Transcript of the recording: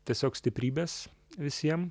tiesiog stiprybės visiem